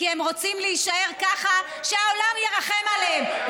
כי הם רוצים להישאר ככה שהעולם ירחם עליהם.